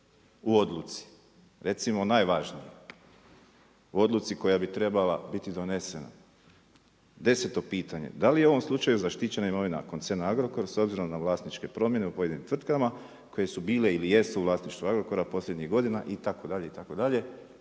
u odluci. Recimo najvažnije. U odluci koja bi trebala biti donesena. 10. pitanje, da li je u ovom slučaju zaštićena imovina koncerna Agrokor s obzirom na vlasničke promjene u pojedinim tvrtkama koje su bile ili jesu u vlasništvu Agrokora posljednjih godina itd., itd.,